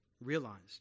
realized